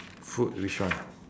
food which one